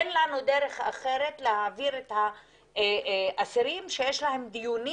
אין לנו דרך אחרת להעביר את האסירים שיש להם דיונים